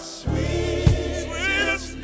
sweetest